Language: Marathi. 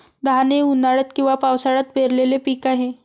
धान हे उन्हाळ्यात किंवा पावसाळ्यात पेरलेले पीक आहे